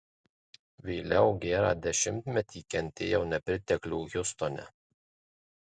vėliau gerą dešimtmetį kentėjau nepriteklių hjustone